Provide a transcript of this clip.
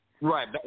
Right